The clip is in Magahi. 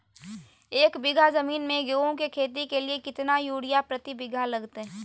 एक बिघा जमीन में गेहूं के खेती के लिए कितना यूरिया प्रति बीघा लगतय?